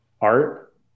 art